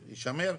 יישמר.